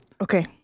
okay